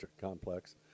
complex